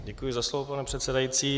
Děkuji za slovo, pane předsedající.